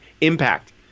impact